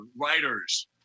writers